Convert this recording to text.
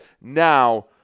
Now